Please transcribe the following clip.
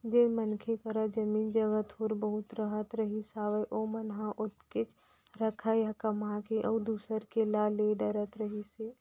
जेन मनसे करा जमीन जघा थोर बहुत रहत रहिस हावय ओमन ह ओतकेच रखय या कमा के अउ दूसर के ला ले डरत रहिस हे